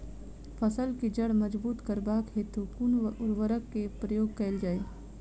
फसल केँ जड़ मजबूत करबाक हेतु कुन उर्वरक केँ प्रयोग कैल जाय?